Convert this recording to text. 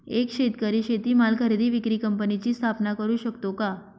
एक शेतकरी शेतीमाल खरेदी विक्री कंपनीची स्थापना करु शकतो का?